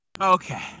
Okay